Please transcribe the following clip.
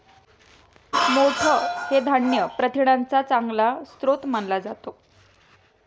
मोठ हे धान्य प्रथिनांचा चांगला स्रोत मानला जातो